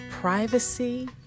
privacy